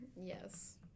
yes